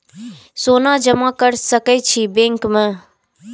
सोना जमा कर सके छी बैंक में?